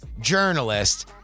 journalist